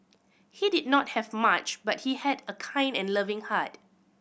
he did not have much but he had a kind and loving heart